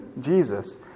Jesus